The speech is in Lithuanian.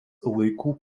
laikų